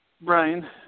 Brian